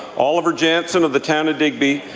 oliver janson of the town of digby,